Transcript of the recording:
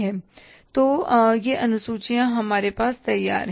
तो ये दो अनुसूचियां हमारे पास तैयार हैं